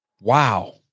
Wow